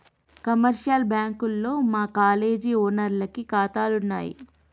commercial బ్యాంకుల్లో మా college ఓనర్లకి కాతాలున్నయి